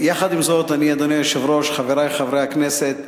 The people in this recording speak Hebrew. יחד עם זאת, אדוני היושב-ראש, חברי חברי הכנסת,